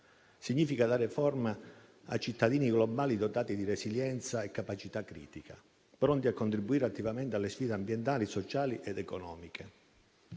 significa dare forma a cittadini globali dotati di resilienza e capacità critica, pronti a contribuire attivamente alle sfide ambientali, sociali ed economiche;